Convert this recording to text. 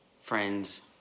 friends